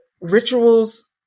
rituals